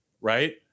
right